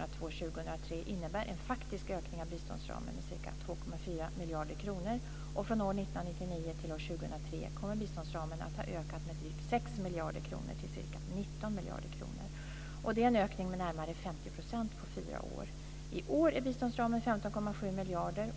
och 2003 innebär en faktisk ökning av biståndsramen med ca 2,4 miljarder kronor. Från år 1999 till år 2003 kommer biståndsramen att ha ökat med drygt 6 miljarder kronor, till ca 19 miljarder kronor. Det är en ökning med närmare 50 % på fyra år. I år är biståndsramen 15,7 miljarder.